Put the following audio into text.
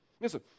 Listen